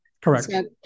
Correct